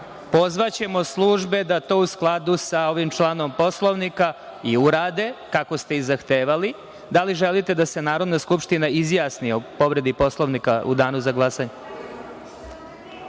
pozvaćemo službe da to u skladu sa ovim članom Poslovnika i urade kako ste zahtevali. Da li želite da se Narodna skupština izjasni o povredi Poslovnika u danu za glasanje?